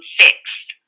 fixed